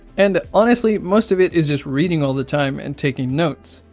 and, honestly most of it is just reading all the time and taking notes.